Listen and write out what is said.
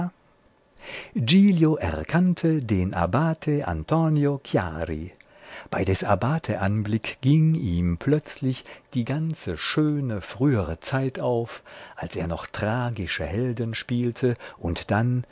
erkannte den abbate antonio chiari bei des abbate anblick ging ihm plötzlich die ganze schöne frühere zeit auf als er noch tragische helden spielte und dann